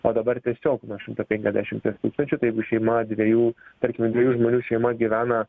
o dabar tiesiog nuo šimto penkiasdešimties tūkstančių tai jeigu šeima dviejų tarkim dviejų žmonių šeima gyvena